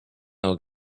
know